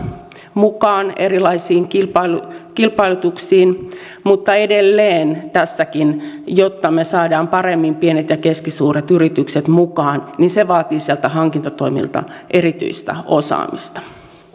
mukaan erilaisiin kilpailutuksiin mutta edelleen tässäkin jotta me saamme paremmin pienet ja keskisuuret yritykset mukaan vaaditaan hankintatoimilta erityistä osaamista